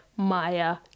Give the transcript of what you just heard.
Maya